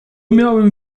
miałem